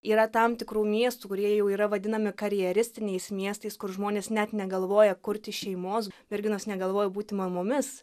yra tam tikrų miestų kurie jau yra vadinami karjeristiniais miestais kur žmonės net negalvoja kurti šeimos merginos negalvoja būti mamomis